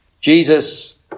Jesus